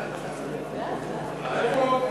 בעד.